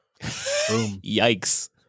Yikes